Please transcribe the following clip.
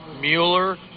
Mueller